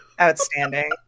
Outstanding